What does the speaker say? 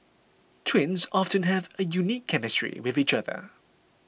twins often have a unique chemistry with each other